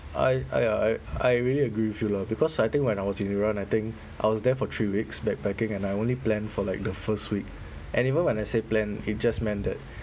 I I uh I I really agree with you lah because I think when I was in iran I think I was there for three weeks backpacking and I only planned for like the first week and even when I say plan it just meant that